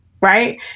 right